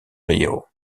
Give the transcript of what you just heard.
río